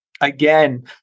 again